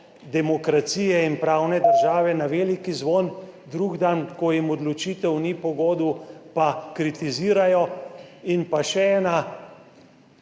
demokracije in pravne države na veliki zvon, drugi dan, ko jim odločitev ni po godu, pa kritizirajo. In še ena.